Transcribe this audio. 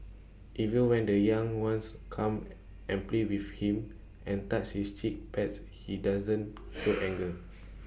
even when the young ones come and play with him and touch his cheek pads he doesn't show anger